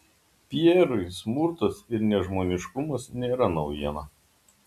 pierui smurtas ir nežmoniškumas nėra naujiena